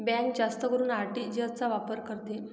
bank जास्त करून RTGS चा वापर करते